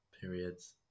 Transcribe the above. Periods